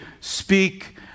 speak